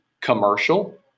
commercial